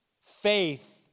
Faith